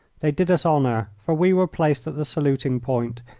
they did us honour, for we were placed at the saluting point,